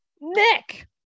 Nick